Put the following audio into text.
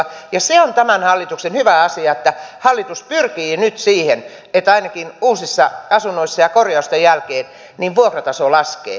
ja se on tämän hallituksen hyvä asia että hallitus pyrkii nyt siihen että ainakin uusissa asunnoissa ja korjausten jälkeen vuokrataso laskee